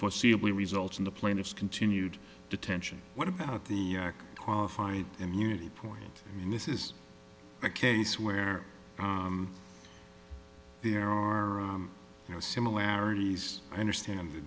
foreseeable results in the plaintiff's continued detention what about the qualified immunity point i mean this is a case where there are no similarities i understand the